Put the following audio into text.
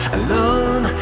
alone